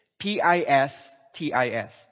P-I-S-T-I-S